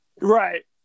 Right